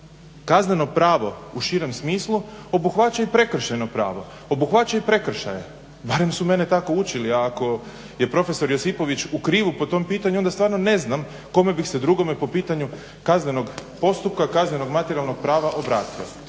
kazneno pravo u širem smislu obuhvaća i prekršajno pravo, obuhvaća i prekršaje. Barem su mene tako učili. Ako je profesor Josipović u krivu po tom pitanju, onda stvarno ne znam kome bih se drugome po pitanju kaznenog postupka, kaznenog materijalnog prava obratio.